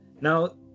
Now